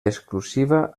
exclusiva